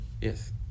Yes